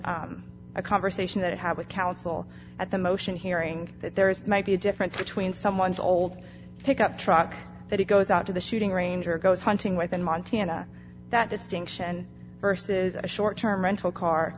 n a conversation that it had with counsel at the motion hearing that there is might be a difference between someone's old pickup truck that he goes out to the shooting range or goes hunting with in montana that distinction versus a short term rental car